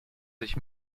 sich